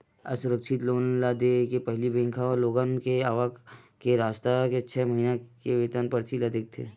असुरक्छित लोन ल देय के पहिली बेंक ह लोगन के आवक के रस्ता, छै महिना के वेतन परची ल देखथे